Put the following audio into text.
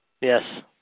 Yes